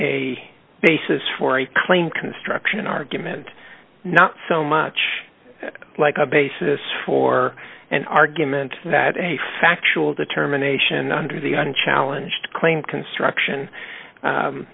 a basis for a claim construction argument not so much like a basis for an argument that a factual determination under the unchallenged claim construction